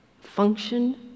function